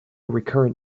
recurrent